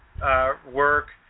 work